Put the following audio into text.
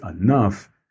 enough